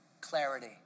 Clarity